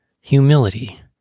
humility